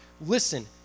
Listen